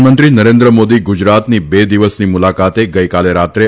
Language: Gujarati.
પ્રધાનમંત્રી નરેન્દ્રમોદી ગુજરાતની બે દિવસની મુલાકાતે ગઇકાલે રાત્રે